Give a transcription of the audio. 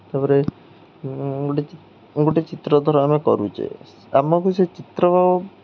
ତା'ପରେ ଗୋଟେ ଗୋଟେ ଚିତ୍ର ଧର ଆମେ କରୁଛେ ଆମକୁ ସେ ଚିତ୍ର